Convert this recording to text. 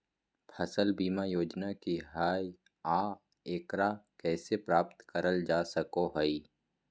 फसल बीमा योजना की हय आ एकरा कैसे प्राप्त करल जा सकों हय?